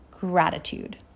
gratitude